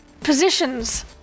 positions